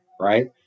right